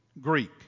Greek